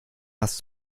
hast